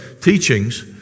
teachings